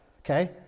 Okay